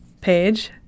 page